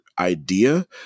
idea